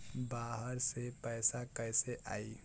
बाहर से पैसा कैसे आई?